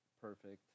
perfect